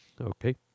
Okay